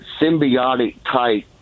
symbiotic-type